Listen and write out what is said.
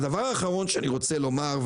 דבר אחרון שארצה לומר,